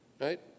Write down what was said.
right